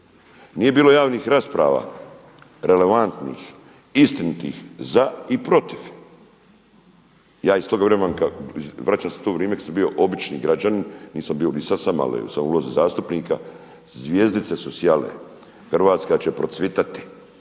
Nije bilo javnih rasprava relevantnih, istinitih za i protiv. Ja istovremeno vraćam se u to vrijeme kada sam bio obični građanin, nisam bio, i sada sam ali sam u ulozi zastupnika, zvjezdice su sjale. Hrvatska će procvjetati,